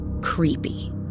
Creepy